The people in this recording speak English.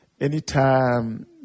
anytime